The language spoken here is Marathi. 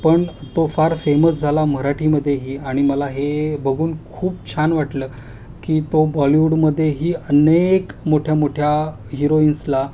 पण तो फार फेमस झाला मराठीमध्येही आणि मला हे बघून खूप छान वाटलं की तो बॉलीवूडमध्येही अनेक मोठ्या मोठ्या हिरोइन्सला